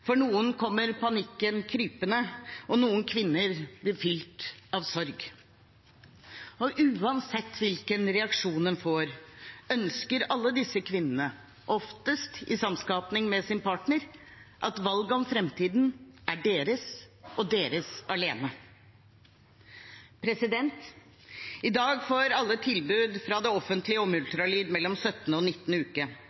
For noen kommer panikken krypende, og noen kvinner blir fylt av sorg. Uansett hvilken reaksjon man får, ønsker alle disse kvinnene, oftest i samskaping med sin partner, at valget om framtiden er deres, og deres alene. I dag får alle tilbud fra det offentlige om ultralyd mellom 17. og